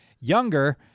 younger